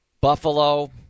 Buffalo